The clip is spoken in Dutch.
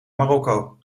marokko